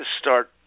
start